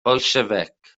bolsiefic